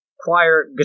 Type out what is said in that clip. choir